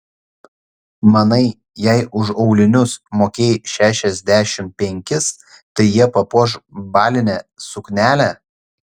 manai jei už aulinius mokėjai šešiasdešimt penkis tai jie papuoš balinę suknelę